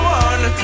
one